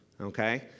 Okay